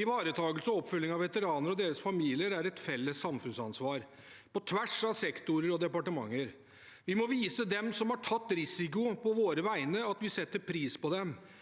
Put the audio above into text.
Ivaretakelse og oppfølging av veteraner og deres familier er et felles samfunnsansvar på tvers av sektorer og departementer. Vi må vise dem som har tatt risiko på våre vegne, at vi setter pris på dem,